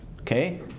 Okay